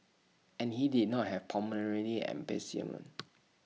and he did not have pulmonary emphysema